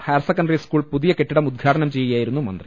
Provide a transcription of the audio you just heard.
higher secondary school പുതിയകെട്ടിടം ഉദ്ഘാടനം ചെയ്യുകയായിരുന്നു മന്ത്രി